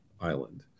Island